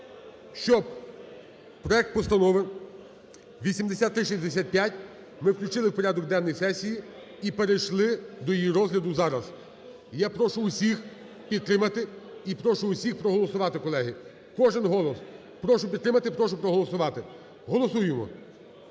щоб проект постанови 8365 ми включили в порядок денний сесії і перейшли до її розгляду зараз. Я прошу всіх підтримати і прошу всіх проголосувати, колеги, кожен голос прошу підтримати, прошу проголосувати, голосуємо,